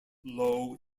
low